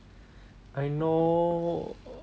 I know